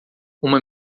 uma